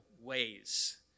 ways